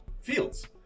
fields